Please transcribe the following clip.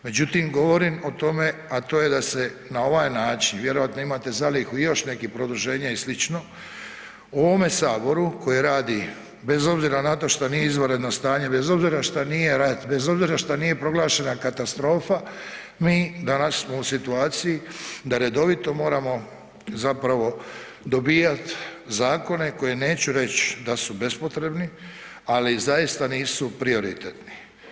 Međutim govorim o tome, a to je da se na ovaj način, vjerojatno imate zalihu i još nekih produženja i slično, u ovome saboru koji radi bez obzira na to šta nije izvanredno stanje, bez obzira šta nije rat, bez obzira šta nije proglašena katastrofa, mi danas smo u situaciji da redovito moramo zapravo dobijat zakone koje neću reći da su bespotrebni, ali zaista nisu prioritetni.